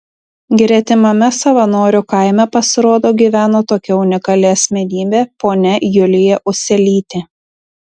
gretimame savanorių kaime pasirodo gyveno tokia unikali asmenybė ponia julija uselytė